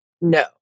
No